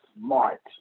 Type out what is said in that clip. smart